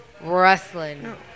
wrestling